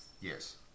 Yes